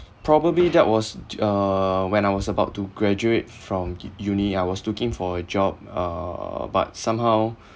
probably that was uh when I was about to graduate from uni I was looking for a job uh but somehow